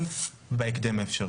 מה הפתרונות?